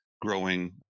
growing